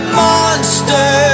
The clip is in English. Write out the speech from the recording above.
monster